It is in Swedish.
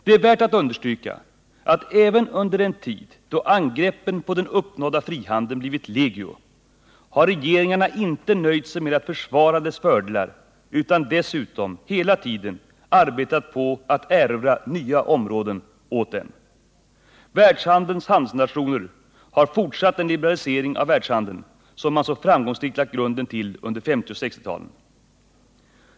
Det är värt att understryka att även under en tid då angreppen på den uppnådda frihandeln blivit legio har regeringarna inte nöjt sig med att försvara dess fördelar, utan dessutom hela tiden arbetat på att erövra nya områden åt dem. Världens handelsnationer har fortsatt den liberalisering av världshandeln som man så framgångsrikt lagt grunden till under 1950 och 1960-talen.